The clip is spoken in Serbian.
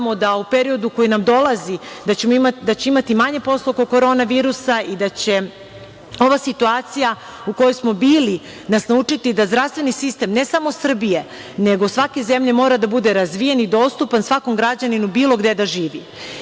da u periodu koji nam dolazi, da će imati manje posla oko korona virusa i da će ova situacija u kojoj smo bili, nas naučiti da zdravstveni sistem ne samo Srbije, nego svake zemlje mora da bude razvijen i dostupan svakom građaninu bilo gde da